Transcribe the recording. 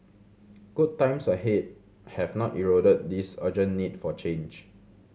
good times ahead have not eroded this urgent need for change